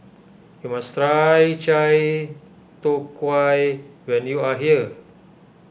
you must try Chai Tow Kuay when you are here